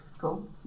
Cool